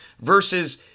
Versus